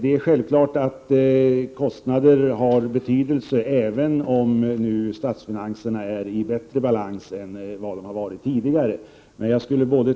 Det är självklart att kostnaden har betydelse även om statsfinanserna nu är i bättre balans än de har varit tidigare.